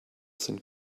sind